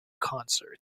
concert